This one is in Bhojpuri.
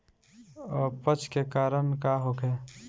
अपच के कारण का होखे?